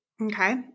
Okay